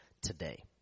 today